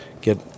Get